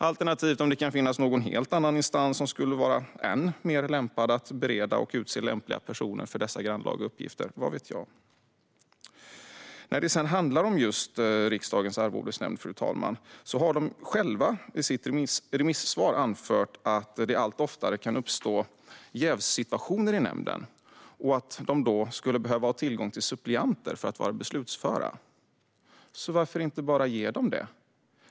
Alternativt finns det kanske en helt annan instans som är ännu bättre lämpad att bereda och utse lämpliga personer för dessa grannlaga uppgifter. Vad vet jag? Fru talman! Riksdagens arvodesnämnd har i sitt remissvar anfört att det allt oftare kan uppstå jävssituationer i nämnden och att de då skulle behöva ha tillgång till suppleanter för att vara beslutsföra. Så varför inte bara ge dem det?